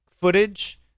footage